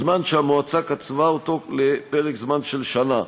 זמן שהמועצה קצבה לפרק זמן של שנה.